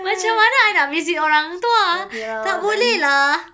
macam mana I nak visit orang tua tak boleh lah